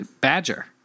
Badger